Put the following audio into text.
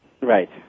Right